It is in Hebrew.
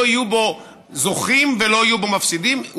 לא יהיו בו זוכים ולא יהיו בו מפסידים,